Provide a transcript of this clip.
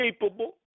capable